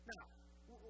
Now